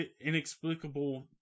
inexplicable